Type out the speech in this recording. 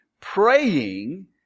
praying